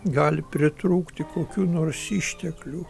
gali pritrūkti kokių nors išteklių